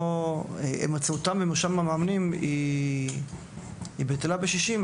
הימצאותם במרשם המאמנים בטלה בשישים,